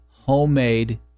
homemade